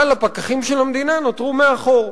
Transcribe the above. אבל הפקחים של המדינה נותרו מאחור.